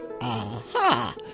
Aha